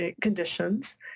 conditions